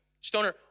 stoner